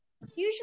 usually